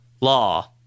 law